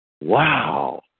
Wow